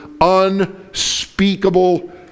unspeakable